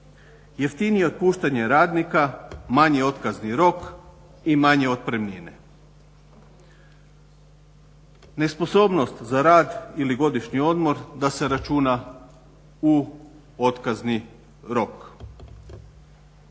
Jeftinije otpuštanje radnika, manji otkazni rok i manje otpremnine. Nesposobnost za rad ili godišnji odmor da se računa u otkazni rok.